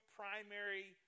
primary